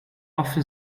often